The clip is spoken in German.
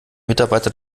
mitarbeiter